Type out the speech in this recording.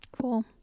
Cool